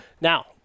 Now